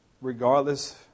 regardless